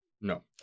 no